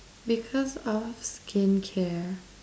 because of skin care